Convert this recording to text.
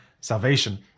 salvation